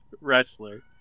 wrestler